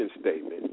statement